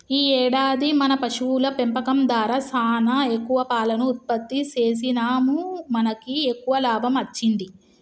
ఈ ఏడాది మన పశువుల పెంపకం దారా సానా ఎక్కువ పాలను ఉత్పత్తి సేసినాముమనకి ఎక్కువ లాభం అచ్చింది